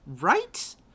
Right